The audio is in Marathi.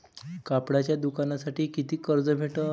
कापडाच्या दुकानासाठी कितीक कर्ज भेटन?